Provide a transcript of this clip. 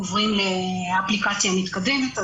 עוברים לאפליקציה מתקדמת.